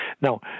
Now